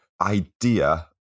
idea